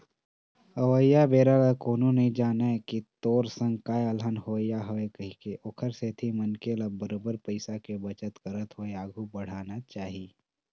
अवइया बेरा ल कोनो नइ जानय के तोर संग काय अलहन होवइया हवय कहिके ओखर सेती मनखे ल बरोबर पइया के बचत करत होय आघु बड़हना चाही